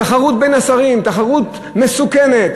תחרות בין השרים, תחרות מסוכנת,